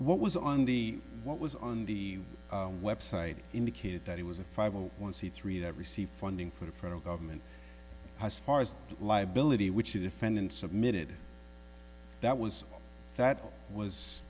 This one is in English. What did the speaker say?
what was on the what was on the website indicated that it was a five hundred one c three that received funding for the federal government as far as liability which the defendant submitted that was that was